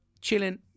chilling